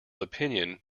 opinion